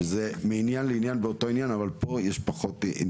שזה מעניין לעניין באותו ענין,